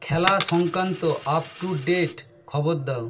খেলা সংক্রান্ত up to date খবর দাও